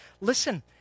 listen